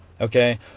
Okay